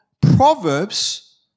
Proverbs